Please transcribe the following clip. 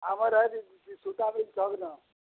ଆମର୍ ଇହାଦେ ସୂତା ବି ନ